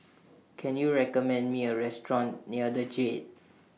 Can YOU recommend Me A Restaurant near The Jade